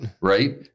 right